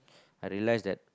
I realize that